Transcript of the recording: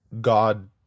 God